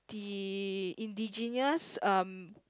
the indigenous um